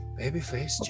Babyface